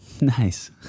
Nice